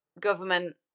government